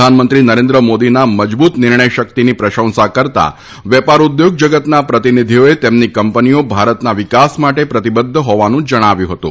પ્રધાનમંત્રી નરેન્દ્ર મોદીના મજબુત નિર્ણય શકિતની પ્રશંસા કરતાં વેપાર ઉદ્યોગ જગતના પ્રતિનિધિઓએ તેમની કંપનીઓ ભારતના વિકાસ માટે પ્રતિબધ્ધ હોવાનું જણાવ્યું હતું